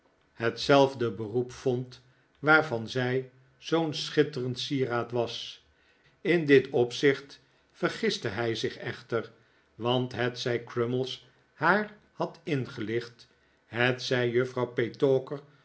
hetzelfde beroep vond waarvan zij zoo'n schitterend sieraad was in dit opzicht vergiste hij zich echter want hetzij crummies haar had ingelicht hetzij juffrouw